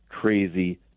crazy